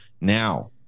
Now